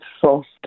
soft